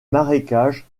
marécages